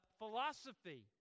philosophy